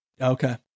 Okay